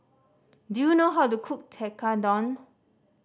do you know how to cook Tekkadon